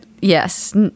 Yes